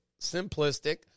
simplistic